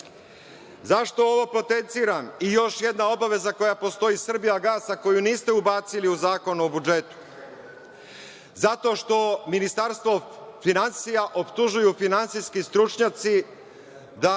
itd.Zašto ovo potenciram? Još jedna obaveza koja postoji „Srbijagasa“ koju niste ubacili u Zakon o budžetu, zato što Ministarstvo finansija optužuju finansijski stručnjaci da